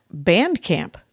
Bandcamp